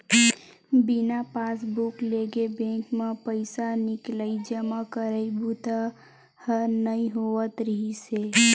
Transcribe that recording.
बिना पासबूक लेगे बेंक म पइसा निकलई, जमा करई बूता ह नइ होवत रिहिस हे